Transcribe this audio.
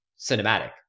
cinematic